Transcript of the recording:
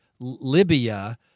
Libya